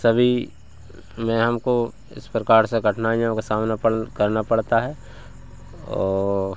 सभी में हमको इस प्रकार से कठिनाइयों का सामना अपन करना पड़ता है और